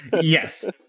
Yes